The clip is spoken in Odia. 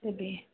ଦେବି